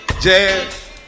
Jazz